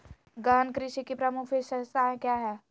गहन कृषि की प्रमुख विशेषताएं क्या है?